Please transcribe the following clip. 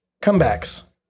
comebacks